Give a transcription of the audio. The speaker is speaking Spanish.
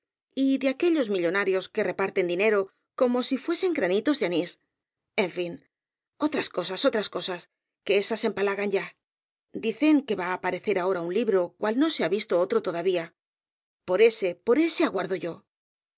y de aquellos millonarios que reparten dinero como si fuesen granitos de anís en fin otras cosas otras cosas que esas empalagan ya dicen que va á aparecer ahora un libro cual no se ha visto otro todavía por ése por ése aguardo yo